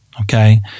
Okay